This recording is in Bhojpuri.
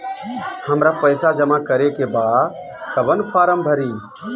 हमरा पइसा जमा करेके बा कवन फारम भरी?